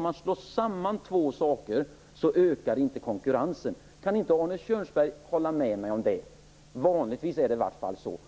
man samman två saker betyder det vanligtvis att konkurrensen inte ökar, Arne Kjörnsberg. Nog kan väl Arne Kjörnsberg hålla med mig om att det vanligtvis är så.